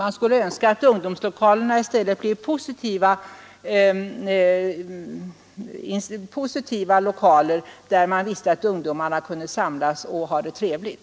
Man skulle önska att ungdomslokalerna i stället blev något positivt, platser där man visste att ungdomarna kunde samlas och ha det trevligt.